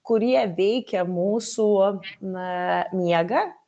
kurie veikia mūsų na miegą